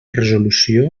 resolució